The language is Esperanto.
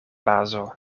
bazo